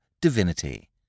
Divinity